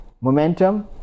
momentum